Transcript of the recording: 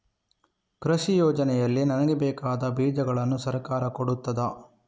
ಕೃಷಿ ಯೋಜನೆಯಲ್ಲಿ ನನಗೆ ಬೇಕಾದ ಬೀಜಗಳನ್ನು ಸರಕಾರ ಕೊಡುತ್ತದಾ?